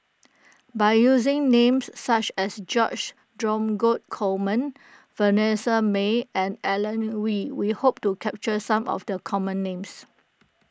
by using names such as George Dromgold Coleman Vanessa Mae and Alan Oei we hope to capture some of the common names